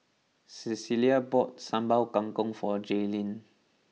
Clella bought Sambal Kangkong for Jailyn